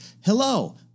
hello